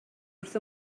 wrth